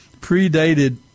predated